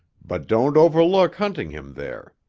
but don't overlook hunting him there.